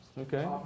Okay